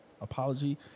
apology